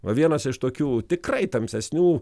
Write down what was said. va vienas iš tokių tikrai tamsesnių